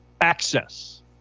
Access